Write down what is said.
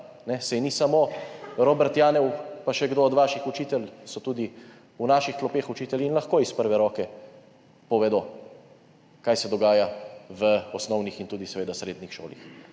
Saj ni samo Robert Janev pa še kdo od vaših učitelj, so tudi v naših klopeh učitelji in lahko iz prve roke povedo, kaj se dogaja v osnovnih in seveda tudi srednjih šolah.